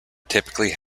typically